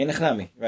Right